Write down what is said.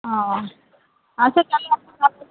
ও আচ্ছা তাহলে আপনি